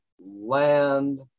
land